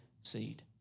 seed